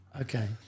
Okay